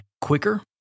quicker